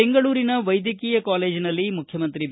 ಬೆಂಗಳೂರಿನ ವೈದ್ಯಕೀಯ ಕಾಲೇಜಿನಲ್ಲಿ ಮುಖ್ಶಮಂತ್ರಿ ಬಿ